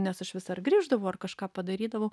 nes aš vis dar grįždavau ar kažką padarydavau